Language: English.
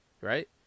right